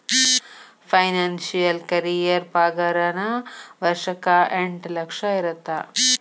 financial career ಪಾಗಾರನ ವರ್ಷಕ್ಕ ಎಂಟ್ ಲಕ್ಷ ಇರತ್ತ